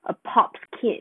a pop kid